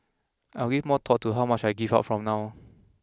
I will give more thought to how much I give out from now